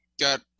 got –